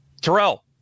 Terrell